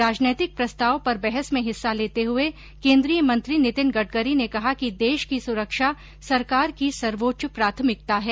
राजनीतिक प्रस्ताव पर बहस में हिस्सा लेते हुए केन्द्रीय मंत्री नितिन गडकरी ने कहा कि देश की सुरक्षा सरकार की सर्वोच्च प्राथमिकता है